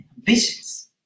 ambitious